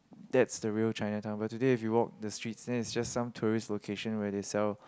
that's the real ChinaTown but today if you walk the street then is just some tourist location where itself